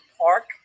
park